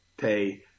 pay